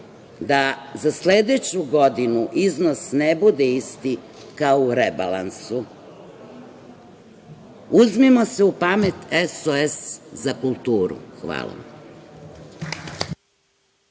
da za sledeću godinu iznos ne bude isti kao u rebalansu. Uzmimo se u pamet, SOS za kulturu. Hvala.